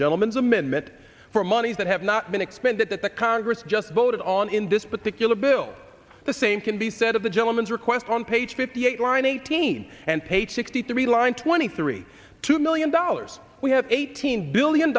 gentleman's amendment for monies that have not been expended that the congress just vote on in this particular bill the same can be said of the gentleman's requests on page fifty eight line eighteen and page sixty three line twenty three two million dollars we have eighteen billion